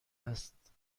است